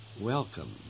welcome